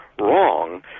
wrong